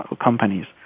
companies